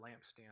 lampstand